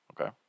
Okay